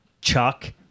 Chuck